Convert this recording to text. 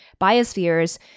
biospheres